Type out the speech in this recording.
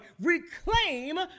Reclaim